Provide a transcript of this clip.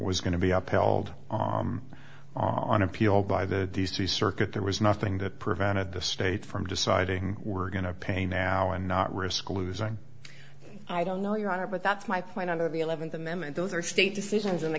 was going to be upheld on appeal by the d c circuit there was nothing that prevented the state from deciding we're going to pay now and not risk losing i don't know your honor but that's my point under the eleventh amendment those are state decisions in the